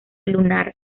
lunar